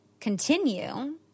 continue